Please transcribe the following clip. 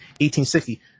1860